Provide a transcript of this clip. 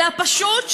אלא פשוט שחושבים,